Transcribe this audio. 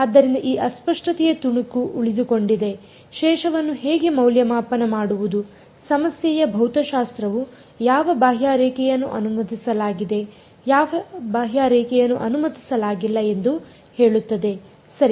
ಆದ್ದರಿಂದ ಆ ಅಸ್ಪಷ್ಟತೆಯ ತುಣುಕು ಉಳಿದುಕೊಂಡಿದೆ ಶೇಷವನ್ನು ಹೇಗೆ ಮೌಲ್ಯಮಾಪನ ಮಾಡುವುದು ಸಮಸ್ಯೆಯ ಭೌತಶಾಸ್ತ್ರವು ಯಾವ ಬಾಹ್ಯರೇಖೆಯನ್ನು ಅನುಮತಿಸಲಾಗಿದೆ ಯಾವ ಬಾಹ್ಯರೇಖೆಯನ್ನು ಅನುಮತಿಸಲಾಗಿಲ್ಲ ಎಂದು ಹೇಳುತ್ತದೆ ಸರಿ